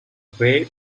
baird